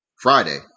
Friday